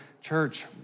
church